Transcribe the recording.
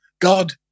God